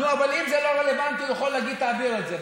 אבל אם זה לא רלוונטי הוא יכול להגיד: תעביר את זה.